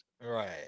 Right